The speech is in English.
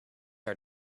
are